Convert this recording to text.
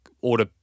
order